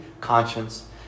conscience